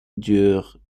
dure